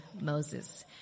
Moses